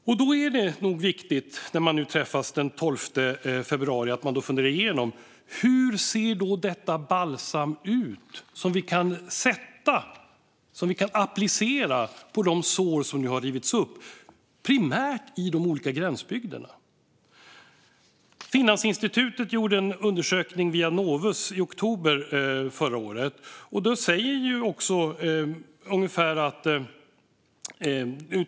Därför är det viktigt att man när man träffas den 12 februari funderar igenom hur det balsam ska se ut som kan appliceras på de sår som har rivits upp, primärt i de olika gränsbygderna. Finlandsinstitutet gjorde i oktober förra året en undersökning via Novus.